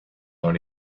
dans